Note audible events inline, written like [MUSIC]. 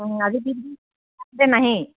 অঁ আজি [UNINTELLIGIBLE] যে নাহে